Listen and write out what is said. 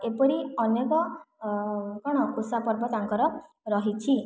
ଏପରି ଅନେକ କ'ଣ ଓଷା ପର୍ବ ତାଙ୍କର ରହିଛି